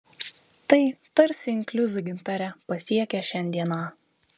tai tarsi inkliuzai gintare pasiekę šiandieną